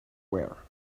wear